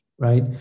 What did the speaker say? Right